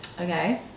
Okay